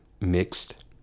mixed